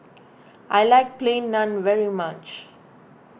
I like Plain Naan very much